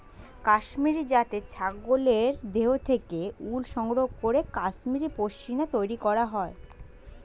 কাশ্মীরি জাতের ছাগলের দেহ থেকে উল সংগ্রহ করে কাশ্মীরি পশ্মিনা তৈরি করা হয়